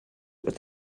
was